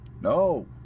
No